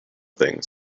things